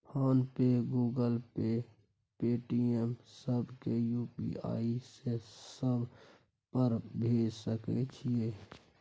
Phone पे, Google Pay, Paytm, सब के UPI से सब पर भेज सके छीयै?